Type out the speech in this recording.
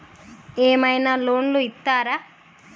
ఏమైనా లోన్లు ఇత్తరా?